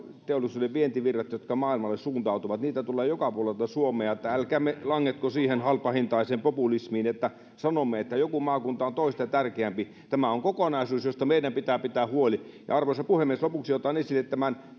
teollisuuden vientivirtoja jotka maailmalle suuntautuvat niitä tulee joka puolelta suomea joten älkäämme langetko siihen halpahintaiseen populismiin että sanomme että joku maakunta on toista tärkeämpi tämä on kokonaisuus josta meidän pitää pitää huoli arvoisa puhemies lopuksi otan esille tämän